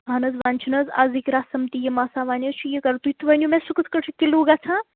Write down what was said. اَہن حظ وَنۍ چھُنہٕ حظ آزِکٕۍ رَسم تہِ یِم آسان وَنۍ حظ چھُ یہِ گومتٕے تُہۍ ؤِو مےٚ سُہ کِتھ کٲٹھ چھُ کِلوٗ گژھان